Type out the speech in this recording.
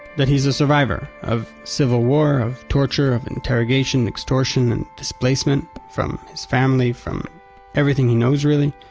that he's a survivor of civil war, of torture, of interrogations, extortion, and displacement from his family, from everything he knows, really.